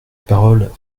parole